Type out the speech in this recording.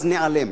ניעלם